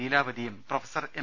ലീലാവതിയും professor M